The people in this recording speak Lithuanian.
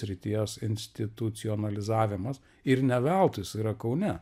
srities institucionalizavimas ir ne veltui jis yra kaune